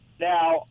Now